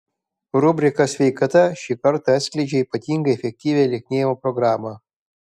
rubrika sveikata šį kartą atskleidžia ypatingai efektyvią lieknėjimo programą